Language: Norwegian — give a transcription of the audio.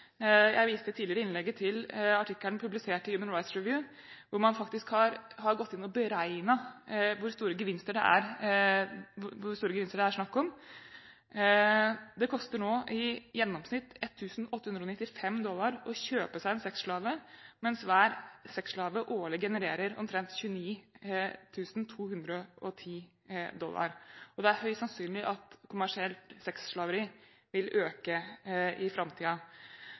Jeg viste tidligere i innlegget til artikkelen publisert i Human Rights Review, hvor man faktisk har gått inn og beregnet hvor store gevinster det er snakk om. Det koster nå i gjennomsnitt 1 895 USD å kjøpe seg en sexslave, mens hver sexslave årlig genererer omtrent 29 210 USD, og det er høyst sannsynlig at kommersielt sexslaveri vil øke i